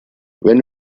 wenn